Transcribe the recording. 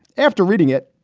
after reading it,